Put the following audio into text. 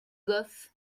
goff